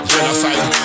Genocide